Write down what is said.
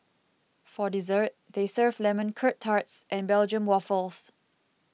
for dessert they serve Lemon Curt Tarts and Belgium Waffles